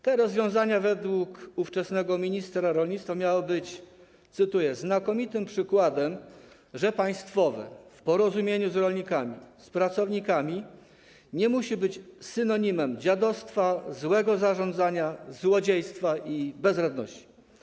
Te rozwiązania - według ówczesnego ministra rolnictwa - miały być, cytuję: znakomitym przykładem, że „państwowe” w porozumieniu z rolnikami, z pracownikami nie musi być synonimem dziadostwa, złego zarządzania, złodziejstwa i bezradności.